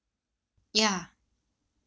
ya